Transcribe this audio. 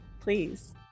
Please